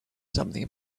something